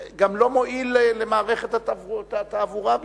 זה גם לא מועיל למערכת התעבורה בירושלים.